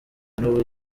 n’ubu